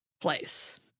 place